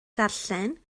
darllen